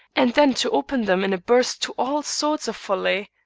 and then to open them in a burst to all sorts of folly.